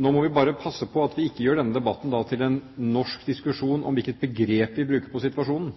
Nå må vi bare passe på at vi ikke gjør denne debatten til en norsk diskusjon om hvilket begrep vi bruker på situasjonen.